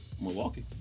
Milwaukee